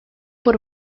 por